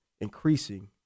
increasing